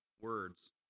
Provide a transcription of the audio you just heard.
words